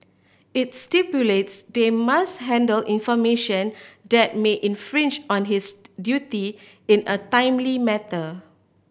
it stipulates they must handle information that may infringe on his duty in a timely matter